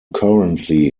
currently